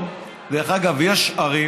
היום, דרך אגב, יש ערים,